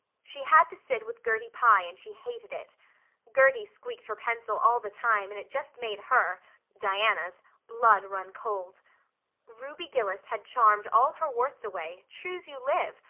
she had to sit with gertie pye and she hated it gertie squeaked her pencil all the time and it just made her diana's blood run cold ruby gillis had charmed all her warts away, true's you live,